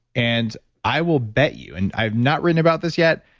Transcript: and i will bet you, and i have not written about this yet,